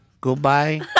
Goodbye